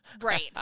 Right